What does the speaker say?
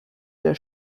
der